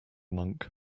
monk